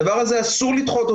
את הדבר הזה אסור לדחות.